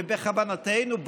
ובכוונתנו,